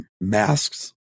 Masks